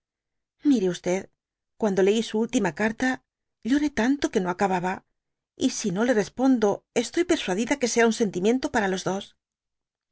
miré e cuando leí su última carta lloré tanto que no acababa y si no le respondo estoy persuadida que será un sentimiento para los dos